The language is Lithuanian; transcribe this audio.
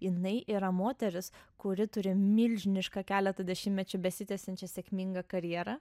jinai yra moteris kuri turi milžinišką keletą dešimtmečių besitęsiančią sėkmingą karjerą